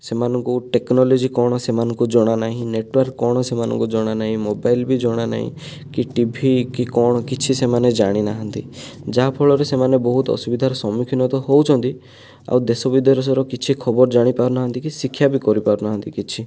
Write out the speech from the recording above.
ସେମାନଙ୍କୁ ଟେକ୍ନୋଲୋଜି କ'ଣ ସେମାନଙ୍କୁ ଜଣାନାହିଁ ନେଟୱାର୍କ୍ କ'ଣ ସେମାନଙ୍କୁ ଜଣାନାହିଁ ମୋବାଇଲ୍ ବି ଜଣାନାହିଁ କି ଟିଭି କି କ'ଣ କିଛି ସେମାନେ ଜାଣିନାହାନ୍ତି ଯାହା ଫଳରେ ସେମାନେ ବହୁତ ଅସୁବିଧାର ସମ୍ମୁଖୀନ ତ ହେଉଛନ୍ତି ଆଉ ଦେଶ ବିଦେଶର କିଛି ଖବର ଜାଣିପାରୁନାହାନ୍ତି କି ଶିକ୍ଷା ବି କରିପାରୁନାହାନ୍ତି କିଛି